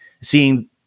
seeing